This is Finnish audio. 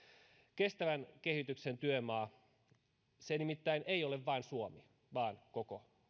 kestävän kehityksen työmaa nimittäin ei ole vain suomi vaan koko